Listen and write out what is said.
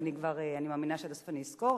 אני מאמינה שבסוף אני אזכור.